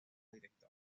director